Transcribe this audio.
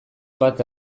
bat